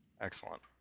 Excellent